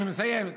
אני מסיים.